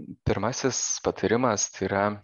pirmasis patarimas tai yra